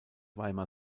weimar